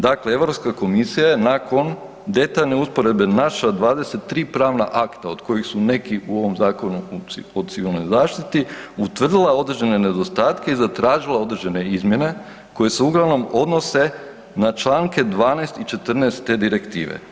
Dakle, Europska Komisija je nakon detaljne usporedbe naša 23 pravna akta, od kojih su neki u ovom Zakonu o Civilnoj zaštiti, utvrdila određene nedostatke i zatražila određene izmjene koje se uglavnom odnose na članke 12. i 14. te Direktive.